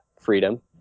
freedom